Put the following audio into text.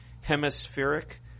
hemispheric